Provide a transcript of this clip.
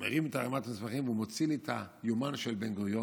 הרים את ערימת המסמכים והוא מוציא לי את היומן של בן-גוריון,